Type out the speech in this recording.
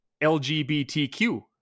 LGBTQ